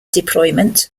deployment